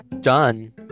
done